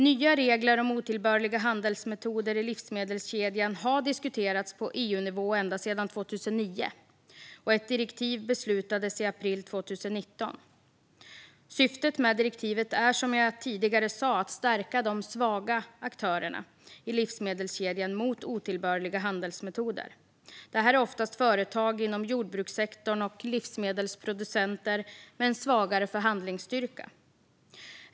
Nya regler om otillbörliga handelsmetoder i livsmedelskedjan har diskuterats på EU-nivå ända sedan 2009, och det beslutades om ett direktiv i april 2019. Syftet med direktivet är, som jag tidigare sa, att stärka de svaga aktörerna i livsmedelskedjan mot otillbörliga handelsmetoder. Det är oftast företag inom jordbrukssektorn och livsmedelsproducenter med en svagare förhandlingsstyrka.